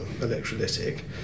electrolytic